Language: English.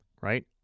right